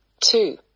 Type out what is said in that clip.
two